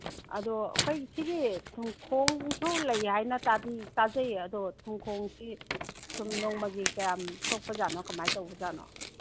ꯑꯗꯣ ꯑꯩꯈꯣꯏ ꯁꯤꯒꯤ ꯊꯣꯡꯈꯣꯡꯁꯨ ꯂꯩ ꯍꯥꯏꯅ ꯇꯥꯖꯩ ꯑꯗꯣ ꯊꯣꯡꯈꯣꯡꯁꯤ ꯊꯨꯝ ꯅꯣꯡꯃꯒꯤ ꯀꯌꯥꯝ ꯁꯣꯛꯄꯖꯥꯠꯅꯣ ꯀꯔꯃꯥꯏ ꯇꯧꯕꯖꯥꯠꯅꯣ